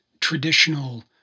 traditional